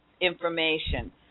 information